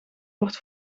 wordt